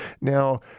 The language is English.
Now